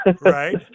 Right